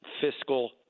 fiscal